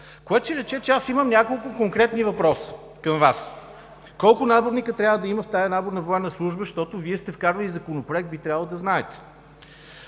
което ще рече, че аз имам няколко конкретни въпроса към Вас: колко наборника трябва да има в тази наборна военна служба, защото Вие сте вкарвали законопроект, би трябвало да знаете?